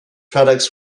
products